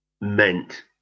meant